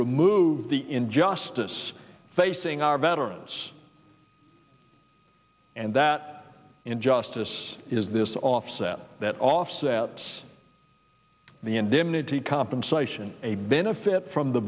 remove the injustice facing our veterans and that injustice is this offset that offsets the indemnity compensation a benefit from the